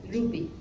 Ruby